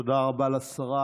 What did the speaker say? תודה רבה לשרה.